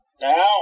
Now